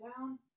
down